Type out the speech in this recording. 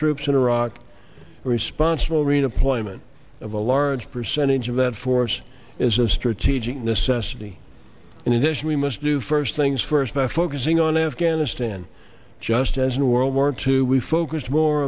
troops in iraq a responsible redeployment of a large percentage of that force is a strategic necessity in addition we must do first things first by focusing on afghanistan just as in world war two we focused more